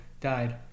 died